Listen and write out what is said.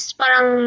parang